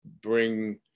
bring